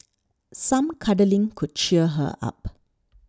some cuddling could cheer her up